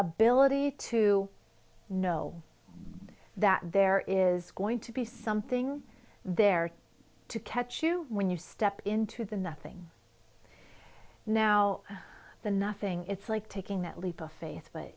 ability to know that there is going to be something there to catch you when you step into the nothing now the nothing it's like taking that leap of faith but